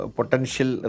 potential